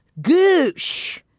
Goosh